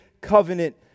Covenant